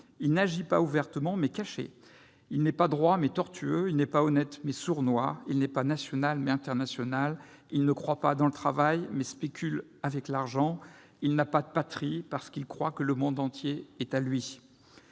Il n'agit pas ouvertement, mais caché, il n'est pas droit, mais tortueux, il n'est pas honnête, mais sournois, il n'est pas national, mais international, il ne croit pas dans le travail, mais spécule avec l'argent, il n'a pas de patrie parce qu'il croit que le monde entier est à lui. »